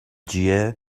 جیه